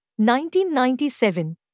1997